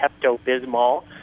Pepto-Bismol